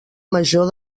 major